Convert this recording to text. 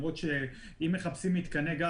לא עמדו במרחקים,